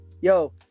Yo